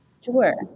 Sure